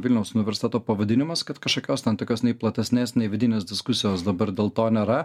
vilniaus universiteto pavadinimas kad kažkokios ten tokios nei platesnės nei vidinės diskusijos dabar dėl to nėra